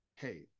hey